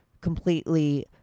completely